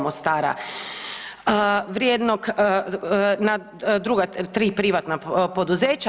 Mostara vrijednog na druga tri privatna poduzeća.